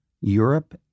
Europe